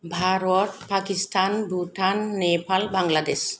Bharat Pakistan Bhutan Nepal Bangladesh